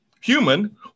human